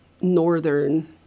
northern